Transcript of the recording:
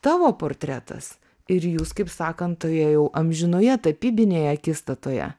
tavo portretas ir jūs kaip sakant toje jau amžinoje tapybinėje akistatoje